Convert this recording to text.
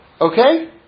Okay